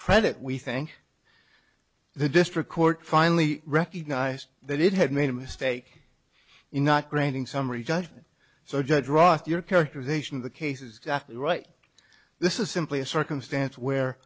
credit we thank the district court finally recognized that it had made a mistake in not granting summary judgment so judge roth your characterization of the cases the right this is simply a circumstance where